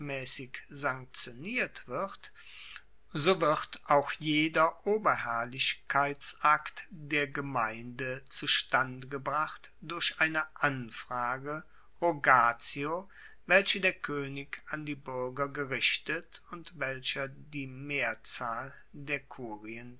sanktioniert wird so wird auch jeder oberherrlichkeitsakt der gemeinde zustande gebracht durch eine anfrage rogatio welche der koenig an die buerger gerichtet und welcher die mehrzahl der kurien